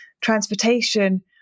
Transportation